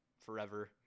Forever